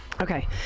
Okay